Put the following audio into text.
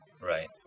Right